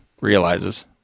realizes